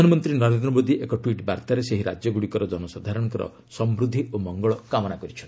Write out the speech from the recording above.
ପ୍ରଧାନମନ୍ତ୍ରୀ ନରେନ୍ଦ୍ର ମୋଦି ଏକ ଟ୍ୱିଟ୍ ବାର୍ଭାରେ ସେହି ରାଜ୍ୟଗୁଡ଼ିକର ଜନସାଧାରଣଙ୍କର ସମୃଦ୍ଧି ଓ ମଙ୍ଗଳ କାମନା କରିଛନ୍ତି